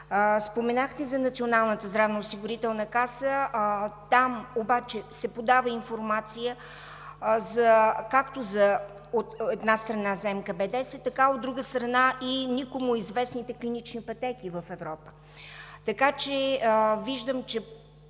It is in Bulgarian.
Споменахте за Националната здравноосигурителна каса – там обаче се подава информация, от една страна, за МКБ-10, от друга страна, за никому известните клинични пътеки в Европа. Виждам, че